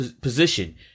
position